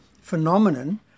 phenomenon